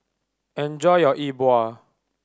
enjoy your Yi Bua